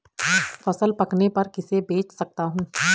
फसल पकने पर किसे बेच सकता हूँ?